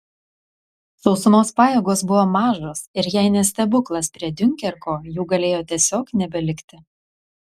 sausumos pajėgos buvo mažos ir jei ne stebuklas prie diunkerko jų galėjo tiesiog nebelikti